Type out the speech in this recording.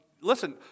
listen